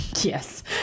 Yes